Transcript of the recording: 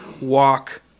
walk